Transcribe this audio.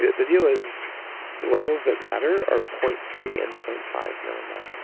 the the deal is the levels that matter are point three and point five minimal.